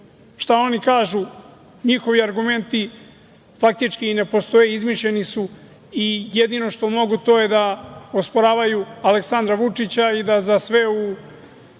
Šta oni kažu? Njihovi argumenti faktički i ne postoje, izmišljeni su i jedino što mogu to je da osporavaju Aleksandra Vučića i da za sve u